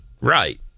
right